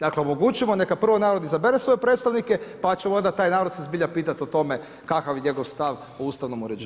Dakle, omogućimo neka prvo narod izabere svoje predstavnike, pa ćemo onda taj narod se zbilja pitat o tome kakav je njegov stav o ustavnom uređenju.